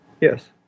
Yes